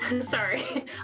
Sorry